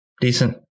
decent